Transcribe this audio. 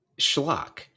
schlock